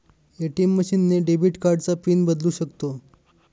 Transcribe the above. ATM machine ने debit कार्डचा PIN बदलू शकतो